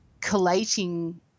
collating